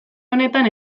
honetan